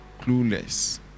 clueless